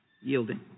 yielding